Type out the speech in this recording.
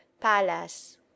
palace